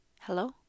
Hello